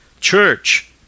Church